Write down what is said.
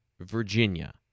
Virginia